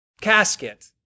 casket